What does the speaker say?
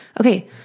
Okay